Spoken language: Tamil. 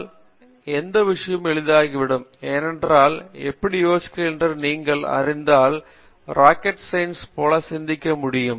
காமகோடி அது வந்தால் எந்த விஷயமும் எளிதாகிவிடும் ஏனென்றால் எப்படி யோசிக்கிறீர்கள் என்று நீங்கள் அறிந்தால் ராக்கெட் சயின்ஸ் போல சிந்திக்க முடியும்